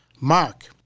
Mark